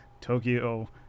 Tokyo